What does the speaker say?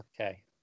okay